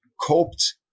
coped